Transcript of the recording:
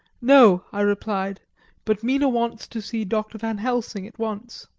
no, i replied but mina wants to see dr. van helsing at once.